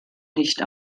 nicht